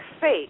fake